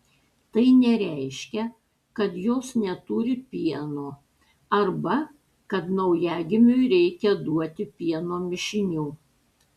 tai nereiškia kad jos neturi pieno arba kad naujagimiui reikia duoti pieno mišinių